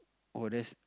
oh that's